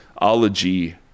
Ology